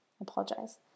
apologize